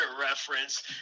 reference